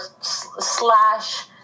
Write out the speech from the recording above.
slash